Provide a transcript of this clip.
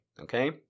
okay